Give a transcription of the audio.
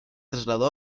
trasladó